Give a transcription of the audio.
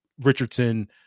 Richardson